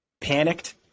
panicked